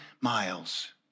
miles